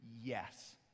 yes